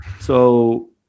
So-